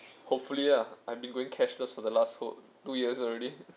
hopefully lah I've been going cashless for the last w~ two years already